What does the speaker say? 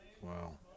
Wow